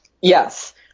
Yes